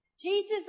Jesus